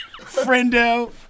friendo